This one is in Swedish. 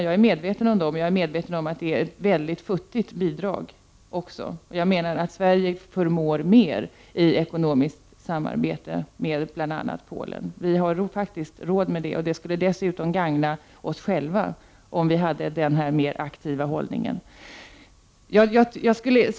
Jag är medveten om dem och att det också är ett mycket futtigt bidrag. Sverige förmår mer när det gäller ekonomiskt samarbete med bl.a. Polen. Vi har faktiskt råd med det, och det skulle dessutom gagna oss själva om vi hade en mer aktiv hållning.